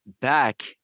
back